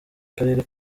karere